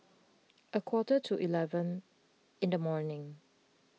a quarter to eleven in the morning